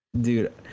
Dude